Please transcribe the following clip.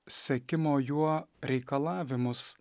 sekimo juo reikalavimus